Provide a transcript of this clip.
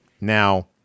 Now